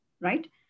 right